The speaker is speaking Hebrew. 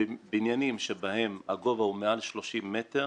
שבניינים שבהם הגובה הוא מעל 30 מטר,